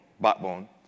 backbone